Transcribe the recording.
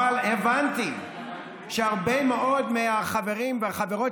אבל הבנתי שהרבה מאוד מהחברים והחברות